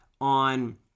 on